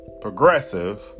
progressive